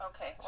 Okay